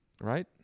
Right